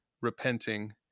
repenting